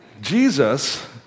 Jesus